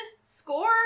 score